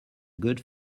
good